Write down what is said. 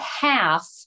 half